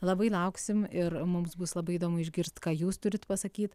labai lauksim ir mums bus labai įdomu išgirst ką jūs turit pasakyt